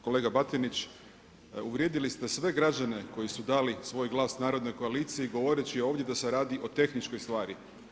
Kolega Batinić, uvrijedili ste sve građane koji su dali svoj glas narodnoj koaliciji govoreći ovdje da se radi o tehničkoj stvari.